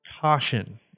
Caution